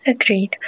Agreed